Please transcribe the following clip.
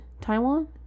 Taiwan